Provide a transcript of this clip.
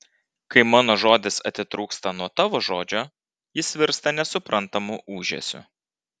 kai mano žodis atitrūksta nuo tavo žodžio jis virsta nesuprantamu ūžesiu